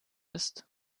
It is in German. ist